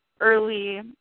early